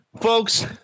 folks